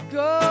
go